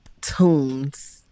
tunes